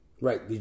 right